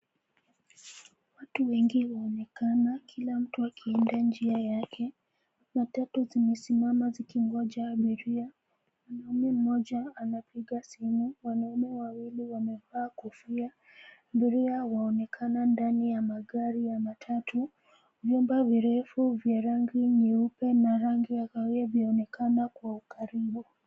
Watu wengi wanaonekana, kila mtu akienda njia yake. Matatu zimesimama zikingoja abiria. Mwanaume mmoja anapiga simu, wanaume wawili wamevaa kofia. Abiria wanaonekana ndani ya matatu, vyumba virefu vya rangi nyeupe na rangi ya kahawia vinaonekana kwa ukaribu.